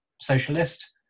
socialist